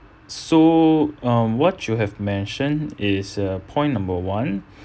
so um what you have mentioned is uh point number one